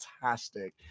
fantastic